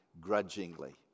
Grudgingly